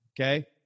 Okay